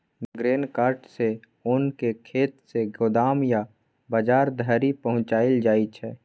grain cart सँ ओन केँ खेत सँ गोदाम या बजार धरि पहुँचाएल जाइ छै